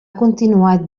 continuat